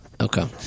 Okay